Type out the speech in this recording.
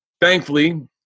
Thankfully